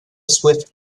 swift